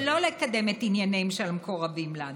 -- שלא לקדם את ענייניהם של המקורבים לנו.